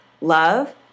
love